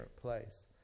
place